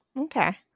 Okay